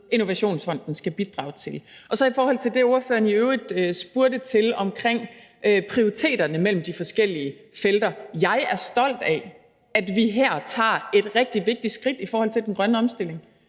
Innovationsfonden skal bidrage til. Så i forhold til det, ordføreren i øvrigt spurgte til, omkring prioriteringerne mellem de forskellige felter: Jeg er stolt af, at vi her tager et rigtig vigtigt skridt i forhold til den grønne omstilling.